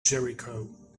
jericho